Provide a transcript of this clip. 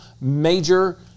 major